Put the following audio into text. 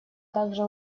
также